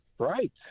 right